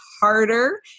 harder